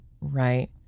Right